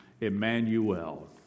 Emmanuel